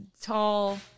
tall